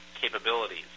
capabilities